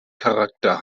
charakter